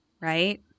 right